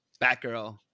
Batgirl